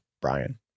Brian